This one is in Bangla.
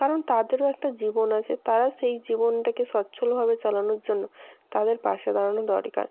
কারণ তাদেরও একটা জীবন আছে তারা সেই জীবনটাকে সচ্ছলভাবে চালানোর জন্য তাদের পাশে দাঁড়ানো দরকার